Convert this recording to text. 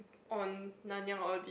on Nanyang Audi